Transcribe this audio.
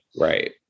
Right